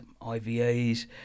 ivas